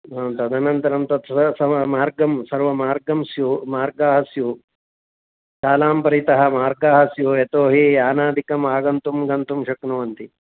ह्म् तदनन्तरं तत् स सममार्गं सर्वमार्गं स्युः मार्गाः स्युः शालां परितः मार्गाः स्युः यतोहि यानादिकम् आगन्तुं गन्तुं शक्नुवन्ति